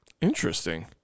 Interesting